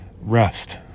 rest